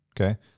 Okay